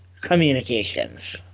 communications